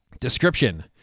Description